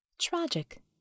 Tragic